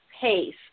pace